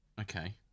Okay